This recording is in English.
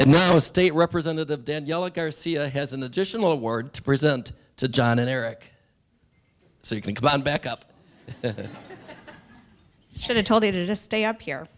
and now a state representative daniela garcia has an additional award to present to john and eric so you can come back up should have told me to just stay up here